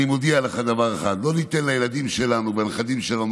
אני מודיע לך דבר אחד: לא ניתן לילדים שלנו ולנכדים שלנו